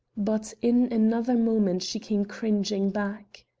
but in another moment she came cringing back.